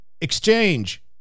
exchange